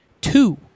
two